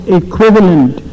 equivalent